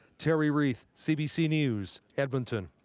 terry reith, cbc news, edmonton.